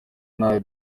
nawe